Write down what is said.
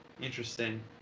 Interesting